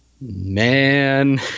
man